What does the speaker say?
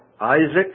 Isaac